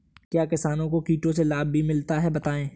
क्या किसानों को कीटों से लाभ भी मिलता है बताएँ?